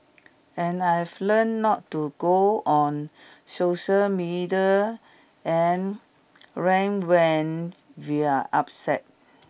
and I have learnt not to go on social media and rant when we're upset